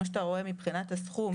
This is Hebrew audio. כפי שאתה רואה מבחינת הסכום,